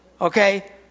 okay